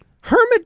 Hermit